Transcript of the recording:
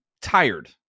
tired